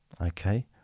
Okay